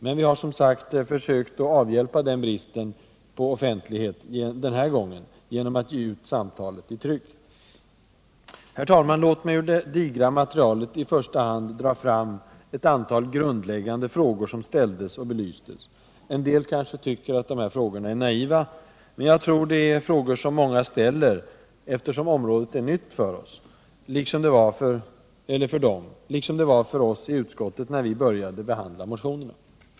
Men vi har som sagt försökt avhjälpa bristen på offentlighet denna gång genom att ge ut samtalet i tryck. Herr talman! Låt mig ur det digra materialet i första hand dra fram ettantal grundläggande frågor som ställdes och belystes — en del kanske tycker de är naiva, men jag tror det är frågor som många ställer eftersom området är nytt för dem, liksom det var för oss i utskottet när vi började behandla motionerna.